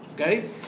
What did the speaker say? Okay